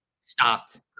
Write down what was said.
stopped